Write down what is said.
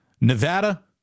Nevada